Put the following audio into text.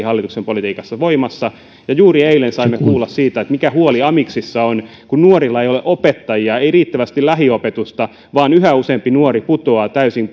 hallituksen politiikassa voimassa ja juuri eilen saimme kuulla siitä mikä huoli amiksissa on kun nuorilla ei ole opettajia ei riittävästi lähiopetusta vaan yhä useampi nuori putoaa täysin